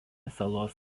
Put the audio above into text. salos